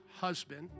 husband